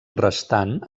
restant